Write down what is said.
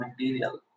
material